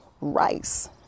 rice